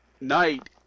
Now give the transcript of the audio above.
night